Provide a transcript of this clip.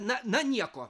na na nieko